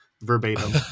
verbatim